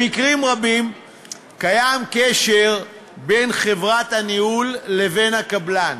במקרים רבים קיים קשר בין חברת הניהול לבין הקבלן: